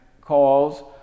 calls